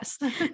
Yes